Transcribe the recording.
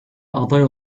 aday